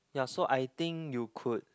ya so I think you could